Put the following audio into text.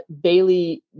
Bailey